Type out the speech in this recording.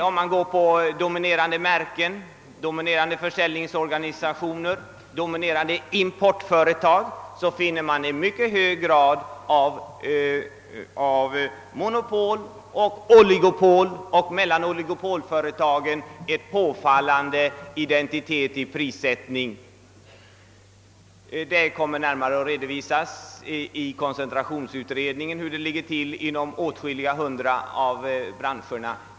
Om man undersöker dominerande märken, dominerande försäljningsorganisationer och dominerande importföretag, finner man i mycket hög grad monopol, oligopol, och mellan oligopolföretagen en påfallande identitet i prissättningen. Det kommer att närmare redovisas av koncentrationsutredningen hur det ligger till inom åtskilliga hundra av branscherna.